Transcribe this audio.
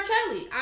Kelly